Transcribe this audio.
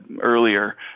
earlier